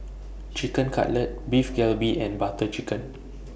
Chicken Cutlet Beef Galbi and Butter Chicken